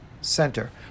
Center